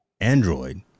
Android